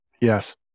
Yes